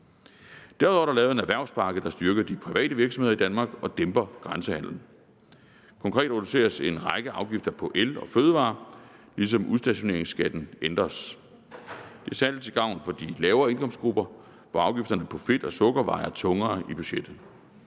Derudover er der lavet en erhvervspakke, der styrker de private virksomheder i Danmark og dæmper grænsehandelen. Konkret introduceres en række afgifter på el og fødevarer, ligesom udstationeringsskatten ændres. Det er særlig til gavn for grupperne med de lavere indkomster, for hvem afgifterne på fedt og sukker vejer tungere i budgettet.